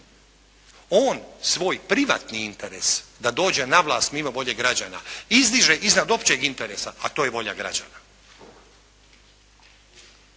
On svoj privatni interes da dođe na vlast mimo volje građana izdiže iznad općeg interesa a to je volja građana.